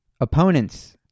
opponents